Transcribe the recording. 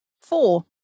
four